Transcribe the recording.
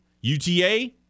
UTA